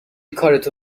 کارتو